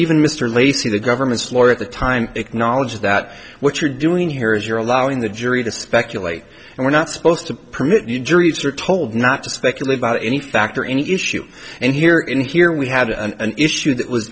in mr lacy the government's lawyer at the time acknowledges that what you're doing here is you're allowing the jury to speculate and we're not supposed to permit you juries are told not to speculate about any fact or any issue and here in here we had an issue that w